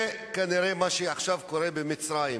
וכנראה מה שעכשיו קורה במצרים.